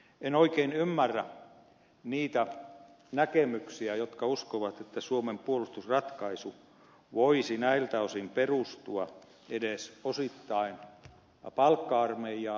en oikein ymmärrä niitä näkemyksiä jotka uskovat että suomen puolustusratkaisu voisi näiltä osin perustua edes osittain palkka armeijaan